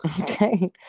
Okay